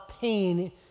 pain